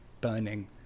burning